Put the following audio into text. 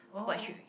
oh